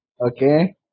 okay